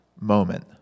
moment